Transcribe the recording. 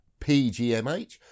pgmh